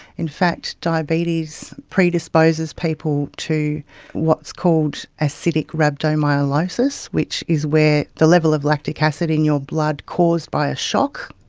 in fact diabetes predisposes people to what's called acidic rhabdomyolysis, which is where the level of lactic acid in your blood caused by a shock,